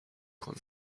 کنم